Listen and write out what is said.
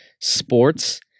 sports